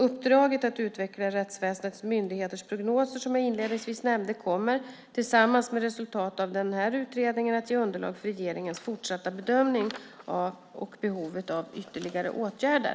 Uppdraget att utveckla rättsväsendets myndigheters prognoser som jag inledningsvis nämnde kommer, tillsammans med resultatet av denna utredning, att ge underlag för regeringens fortsatta bedömning av behovet av ytterligare åtgärder.